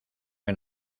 que